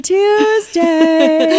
Tuesday